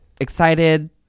excited